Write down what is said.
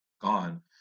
gone